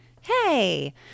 Hey